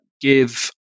give